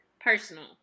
Personal